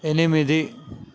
ఎనిమిది